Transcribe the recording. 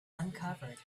uncovered